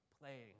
playing